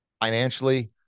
financially